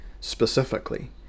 specifically